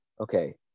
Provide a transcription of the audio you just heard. okay